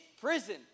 prison